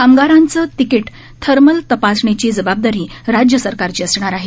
कामगारांचे ticket thermal तपासणीची जबाबदारी राज्य सरकारची असणार आहे